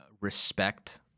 respect